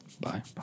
Bye